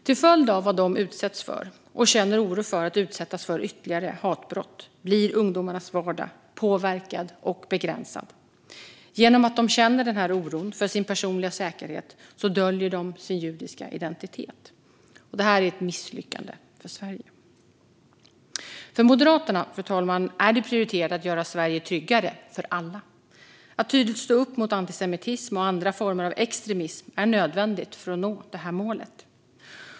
Till följd av att de utsätts för hatbrott, och känner oro för att utsättas för ytterligare, blir ungdomarnas vardag påverkad och begränsad. Eftersom de känner denna oro för sin personliga säkerhet döljer de sin judiska identitet. Detta är ett misslyckande för Sverige. Fru talman! För Moderaterna är det prioriterat att göra Sverige tryggare för alla. Att tydligt stå upp mot antisemitism och andra former av extremism är nödvändigt för att nå detta mål.